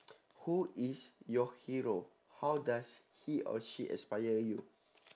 who is your hero how does he or she aspire you